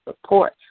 support